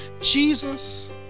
Jesus